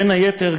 בין היתר,